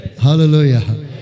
Hallelujah